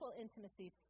intimacy